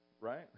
Right